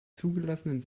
zugelassenen